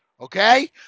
okay